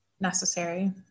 Necessary